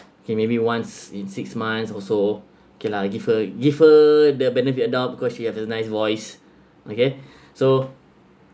okay maybe once in six months also okay lah give her give her the benefit of doubt because she have a nice voice okay so